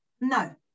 no